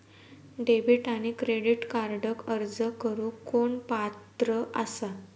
Debit आणि credit कार्डक अर्ज करुक कोण पात्र आसा?